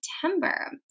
September